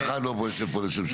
אף אחד לא יושב פה לשם שמיים.